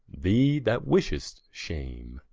thee, that wishest shame